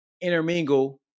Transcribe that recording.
intermingle